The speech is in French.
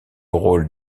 rôle